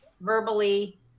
verbally